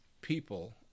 people